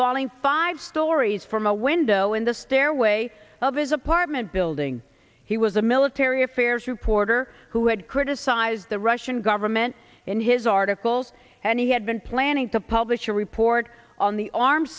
falling five stories from a window in the stairway of his apartment building he was a military affairs reporter who had criticised the russian government in his articles and he had been planning to publish a report on the arms